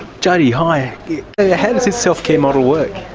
jodi, hi. how does this self-care model works?